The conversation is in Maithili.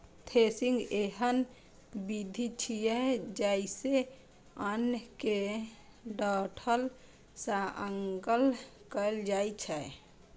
थ्रेसिंग एहन विधि छियै, जइसे अन्न कें डंठल सं अगल कैल जाए छै